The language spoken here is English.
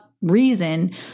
reason